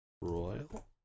Royal